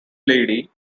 lady